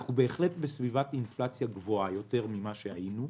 אנחנו בהחלט בסביבת אינפלציה גבוהה יותר ממה שהיינו,